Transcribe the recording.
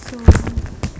so